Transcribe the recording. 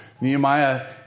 Nehemiah